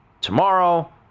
tomorrow